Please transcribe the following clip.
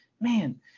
Man